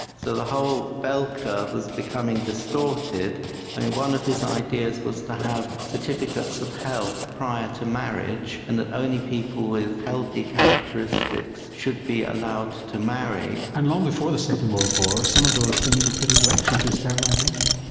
so the whole bell curve was becoming distorted and one of his ideas was to have certificates of health prior to marriage and that only people with healthy characteristics should be allowed to marry. and long before the second world war some of those things were put into action through sterilisation.